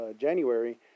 January